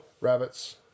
Rabbits